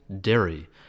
dairy